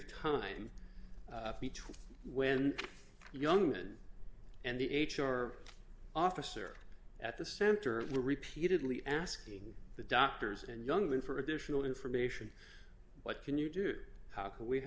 between when young women and the h r officer at the center repeatedly asking the doctors and young men for additional information what can you do how can we